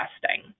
testing